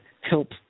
help